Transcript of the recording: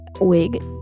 Wig